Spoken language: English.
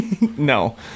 No